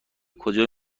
کجا